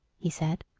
he said.